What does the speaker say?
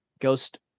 ghost